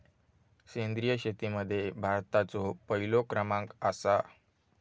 सेंद्रिय शेतीमध्ये भारताचो पहिलो क्रमांक आसा